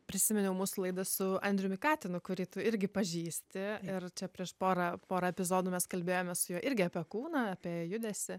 prisiminiau mūsų laidą su andriumi katinu kurį tu irgi pažįsti ir čia prieš porą pora epizodų mes kalbėjome su juo irgi apie kūną apie judesį